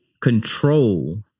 control